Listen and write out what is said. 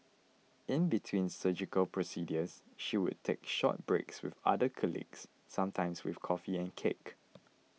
in between surgical procedures she would take short breaks with other colleagues sometimes with coffee and cake